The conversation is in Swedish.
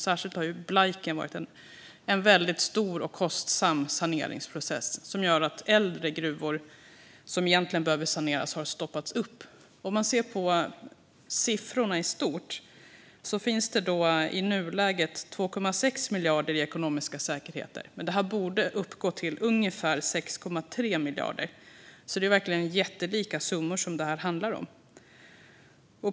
Särskilt Blaiken har krävt en väldigt stor och kostsam saneringsprocess. Det gör att saneringen efter äldre gruvor, som egentligen behöver saneras, har stoppats upp. Om man ser på siffrorna i stort ser man att det i nuläget finns 2,6 miljarder i ekonomiska säkerheter. Det borde uppgå till ungefär 6,3 miljarder. Det är verkligen jättelika summor det handlar om.